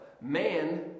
man